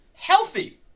Healthy